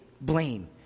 blame